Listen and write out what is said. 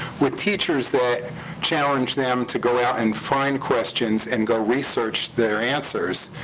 with teachers that challenge them to go out and find questions and go research their answers,